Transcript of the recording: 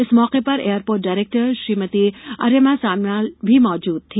इस मौके पर एयरपोर्ट डायरेक्टर श्रीमती अर्यमा सान्याल भी मौजूद थी